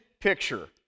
picture